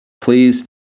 Please